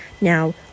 Now